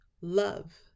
Love